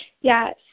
Yes